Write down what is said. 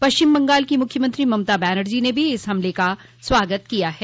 पश्चिम बंगाल की मुख्यमंत्री ममता बैनर्जी ने भी इस हमले का स्वागत किया है